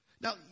Now